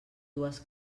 dues